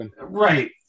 right